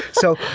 so,